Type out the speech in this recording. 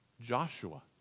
Joshua